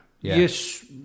Yes